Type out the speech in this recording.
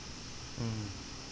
mm